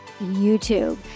YouTube